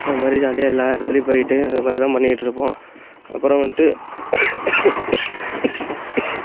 அது மாதிரி ஜாலியாக எல்லா இடத்துலையும் போயிட்டு இந்த மாதிரி தான் பண்ணிகிட்ருப்போம் அப்புறம் வந்துட்டு